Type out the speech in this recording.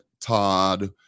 todd